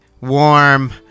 warm